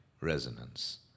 resonance